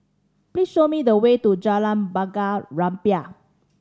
please show me the way to Jalan Bunga Rampai